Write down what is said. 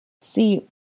see